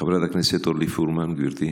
חברת הכנסת אורלי פרומן, גברתי.